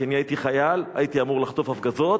כי אני הייתי חייל והייתי אמור לחטוף הפגזות,